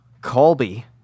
Colby